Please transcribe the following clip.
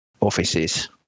offices